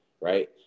right